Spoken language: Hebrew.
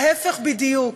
ההפך בדיוק